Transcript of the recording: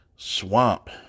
swamp